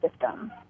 system